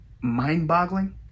mind-boggling